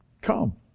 Come